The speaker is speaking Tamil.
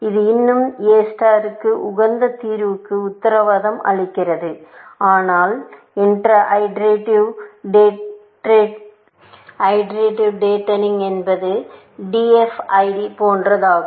இது இன்னும் எ ஸ்டார் க்கு உகந்த தீர்வுக்கு உத்தரவாதம் அளிக்கிறது ஆனால் இன்டராக்டிவ் டேட்னிங் என்பது DFID போன்றதாகும்